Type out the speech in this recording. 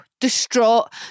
distraught